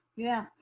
yeah,